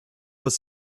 was